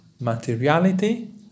materiality